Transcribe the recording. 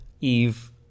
Eve